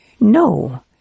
No